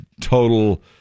total